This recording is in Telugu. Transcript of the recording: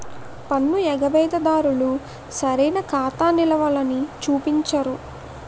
పన్ను ఎగవేత దారులు సరైన ఖాతా నిలవలని చూపించరు